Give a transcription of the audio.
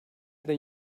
than